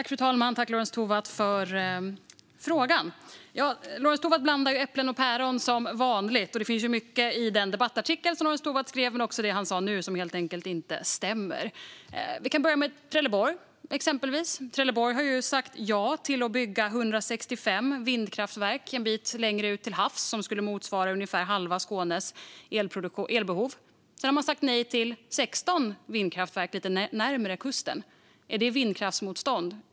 Fru talman! Jag tackar Lorentz Tovatt för frågan. Lorentz Tovatt blandar som vanligt ihop äpplen och päron. Det är mycket i den debattartikel som Lorentz Tovatt skrev men också i det han sa nu som helt enkelt inte stämmer. Vi kan börja med Trelleborg, exempelvis. Trelleborg har sagt ja till att bygga 165 vindkraftverk en bit längre ut till havs som skulle motsvara ungefär halva Skånes elbehov. Sedan har man sagt nej till 16 vindkraftverk lite närmare kusten. Är det vindkraftsmotstånd?